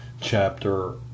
chapter